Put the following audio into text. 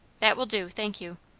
that will do, thank you.